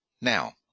Now